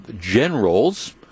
generals